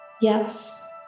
Yes